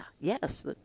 yes